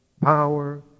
Power